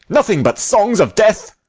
nothing but songs of death?